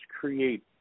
create